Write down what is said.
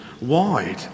wide